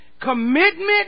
commitment